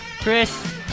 Chris